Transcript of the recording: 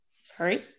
Sorry